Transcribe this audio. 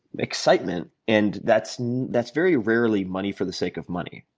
excitement. and that's that's very rarely money for the sake of money,